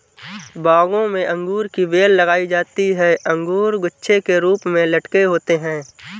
बागों में अंगूर की बेल लगाई जाती है अंगूर गुच्छे के रूप में लटके होते हैं